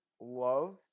love